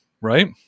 right